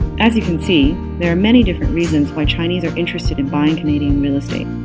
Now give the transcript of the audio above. as you can see, there are many different reasons why chinese are interested in buying canadian real estate.